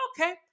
okay